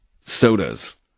sodas